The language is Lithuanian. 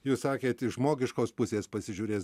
jūs sakėt iš žmogiškos pusės pasižiūrės